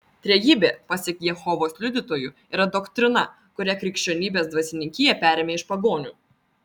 trejybė pasak jehovos liudytojų yra doktrina kurią krikščionybės dvasininkija perėmė iš pagonių